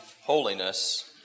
holiness